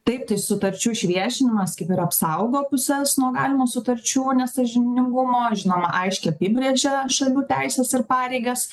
taip tai sutarčių išviešinimas kaip ir apsaugo puses nuo galimo sutarčių nesąžiningumo žinoma aiškiai apibrėžia šalių teises ir pareigas